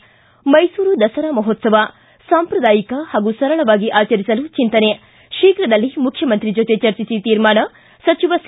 ಿ ಮೈಸೂರು ದಸರಾ ಮಹೋತ್ಸವ ಸಾಂಪ್ರದಾಯಿಕ ಹಾಗೂ ಸರಳವಾಗಿ ಆಚರಿಸಲು ಚಿಂತನೆ ಶೀಘದಲ್ಲೇ ಮುಖ್ಯಮಂತ್ರಿ ಜೊತೆ ಚರ್ಚಿಸಿ ತೀರ್ಮಾನ ಸಚಿವ ಸಿ